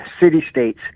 city-states